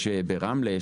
יש ברמלה.